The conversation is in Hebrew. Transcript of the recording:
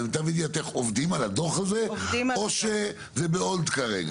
אבל למיטב ידיעתך עובדים על הדוח הזה או שזה בהולד כרגע?